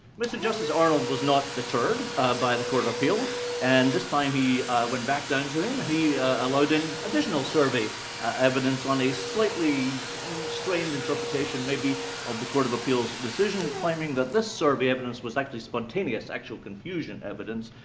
mr justice arnold was not deterred by the court of appeal and this time he, it went back down to him and he allowed in additional survey evidence on a slightly strained interpretation, maybe of the court of appeal's decision, claiming that this survey evidence was actually spontaneous, actual confusion evidence.